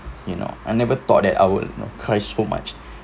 you know I never thought that I would you know cry so much